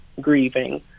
grieving